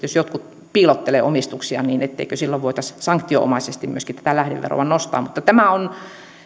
jos jotkut piilottelevat omistuksiaan eikö silloin voitaisi sanktionomaisesti myöskin tätä lähdeveroa nostaa mutta tämä on